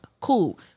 Cool